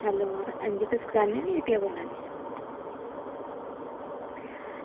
hello हां जी तुस करेयाने आह्ली हट्टिया बोला दे